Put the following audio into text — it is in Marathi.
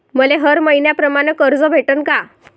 मले हर मईन्याप्रमाणं कर्ज भेटन का?